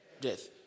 Death